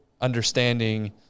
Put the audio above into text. understanding